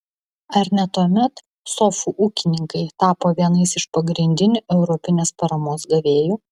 ar ne tuomet sofų ūkininkai tapo vienais iš pagrindinių europinės paramos gavėjų